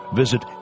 visit